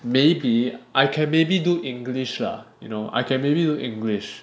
maybe I can maybe do English lah you know I can maybe do English